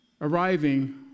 arriving